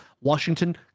Washington